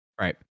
Right